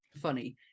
funny